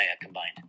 combined